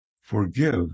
forgive